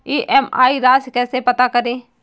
EMI राशि कैसे पता करें?